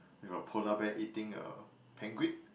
with a polar bear eating a penguin